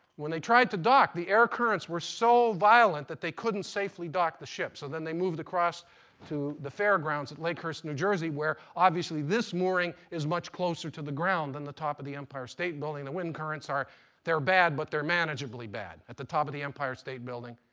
when they tried to dock the air currents were so violent that they couldn't safely dock the ship. so then they moved across to the fair grounds at lakehurst, new jersey, where obviously this mooring is much closer to the ground than the top of the empire state building. the wild currents, they're bad, but they're manageably bad. at the top of the empire state building,